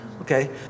okay